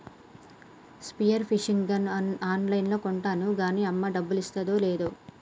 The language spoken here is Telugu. స్పియర్ ఫిషింగ్ గన్ ఆన్ లైన్లో కొంటాను కాన్నీ అమ్మ డబ్బులిస్తాదో లేదో